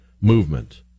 movement